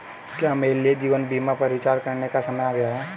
क्या मेरे लिए जीवन बीमा पर विचार करने का समय आ गया है?